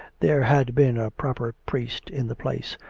there had been a proper priest in the place,